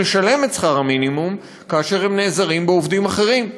לשלם את שכר המינימום כאשר הם נעזרים בעובדים אחרים.